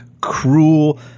cruel